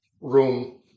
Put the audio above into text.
room –